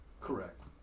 Correct